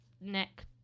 neck